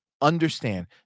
understand